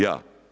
Ja.